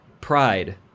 pride